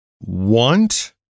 want